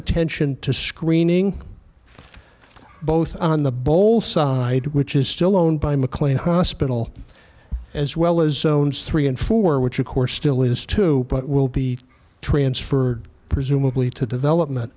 attention to screening both on the bowl side which is still owned by mclean hospital as well as three and four which of course still is too but will be transferred presumably to develop